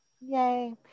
Yay